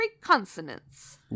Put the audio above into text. consonants